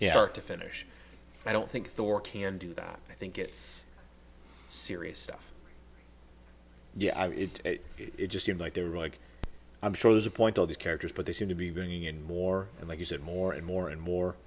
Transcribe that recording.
hard to finish i don't think thor can do that i think it's serious stuff yeah it just seemed like they were like i'm sure there's a point all these characters but they seem to be bringing in more and they use it more and more and more